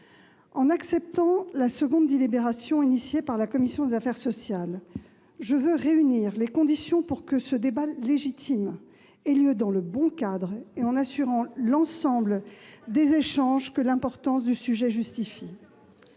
En acceptant la seconde délibération demandée par la commission des affaires sociales, je veux réunir les conditions ... Lesquelles ?... pour que ce débat légitime ait lieu dans le bon cadre et en assurant l'ensemble des échanges que l'importance du sujet exige.